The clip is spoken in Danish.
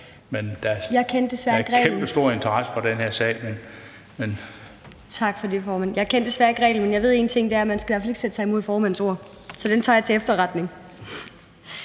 Beklager. Der er kæmpestor interesse for den her sag.